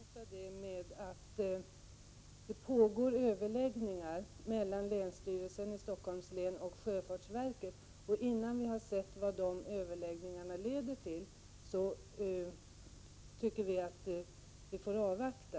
Herr talman! Jag vill bara bemöta det Anna Wohlin-Andersson sade nu med att det pågår överläggningar mellan länsstyrelsen i Stockholms län och sjöfartsverket. Fram till dess att vi har sett vad de överläggningarna leder till, tycker vi att vi får avvakta.